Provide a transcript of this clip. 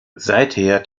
seither